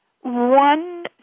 one